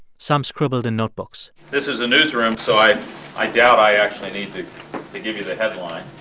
some scribbled in notebooks this is a newsroom, so i i doubt i actually need to give you the headline.